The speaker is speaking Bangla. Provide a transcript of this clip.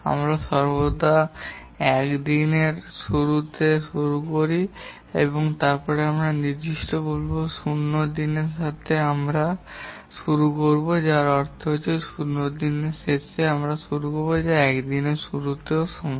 আমরা সর্বদা প্রথম 1 দিনের শুরুতে শুরু করি তবে সেই উদ্দেশ্যে আমরা বলব যে আমরা 0 দিনের সাথে শুরু করব যার অর্থ আমরা 0 দিনের শেষে শুরু করব যা 1 দিনের শুরুতেও সমান